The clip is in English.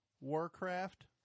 Warcraft